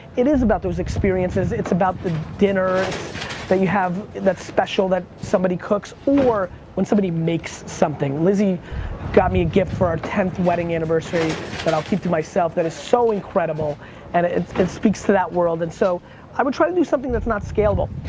it is about those experiences. it's about the dinner that you have that's special that somebody cooks, or when somebody makes something. lizzie got me a gift for our tenth wedding anniversary that i'll keep to myself that is so incredible and it speaks to that world, and so i would try to do something that's not scalable.